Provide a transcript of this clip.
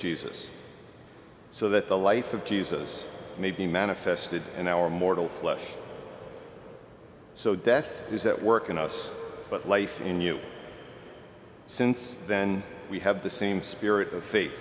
jesus so that the life of jesus may be manifested in our mortal flesh so death is at work in us but life in you since then we have the same spirit